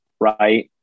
right